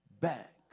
back